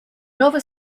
nova